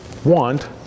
want